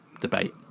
debate